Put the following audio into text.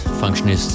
Functionist